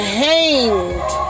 hanged